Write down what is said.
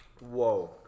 Whoa